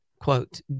quote